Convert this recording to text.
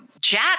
Jack